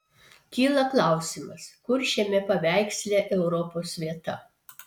kyla klausimas kur šiame paveiksle europos vieta